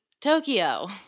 Tokyo –